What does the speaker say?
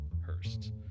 Hurst